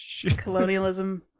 colonialism